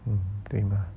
mm 对吗